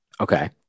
Okay